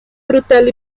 brutal